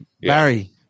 Barry